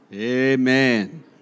Amen